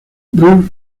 bruce